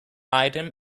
item